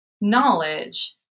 knowledge